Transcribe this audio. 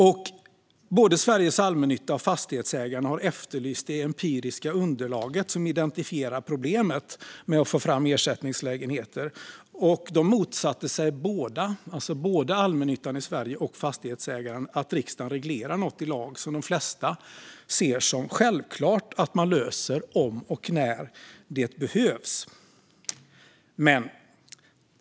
Det både Sveriges Allmännytta och Fastighetsägarna har efterlyst är det empiriska underlag som identifierar problemet med att få fram ersättningslägenheter. Både Sveriges Allmännytta och Fastighetsägarna motsatte sig att riksdagen i lag reglerar något som de flesta ser som självklart att man löser om och när det behövs.